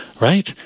right